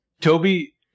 Toby